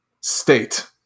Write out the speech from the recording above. state